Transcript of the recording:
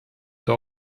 der